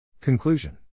Conclusion